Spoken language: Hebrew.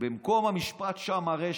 "מקום המשפט שמה הרשע".